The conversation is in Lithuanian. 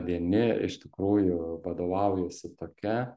vieni iš tikrųjų vadovaujasi tokia